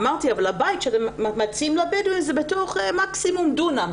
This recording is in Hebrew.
אמרתי: אבל הבית שאתם מציעים לבדואים הוא בתוך מקסימום דונם,